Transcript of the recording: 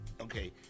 okay